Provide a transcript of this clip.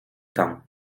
tam